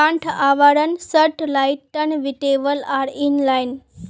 गांठ आवरण satellite turn table are in line